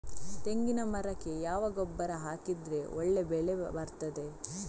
ತೆಂಗಿನ ಮರಕ್ಕೆ ಯಾವ ಗೊಬ್ಬರ ಹಾಕಿದ್ರೆ ಒಳ್ಳೆ ಬೆಳೆ ಬರ್ತದೆ?